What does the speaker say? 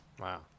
Wow